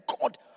God